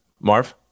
Marv